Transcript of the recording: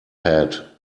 had